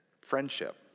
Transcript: friendship